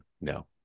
No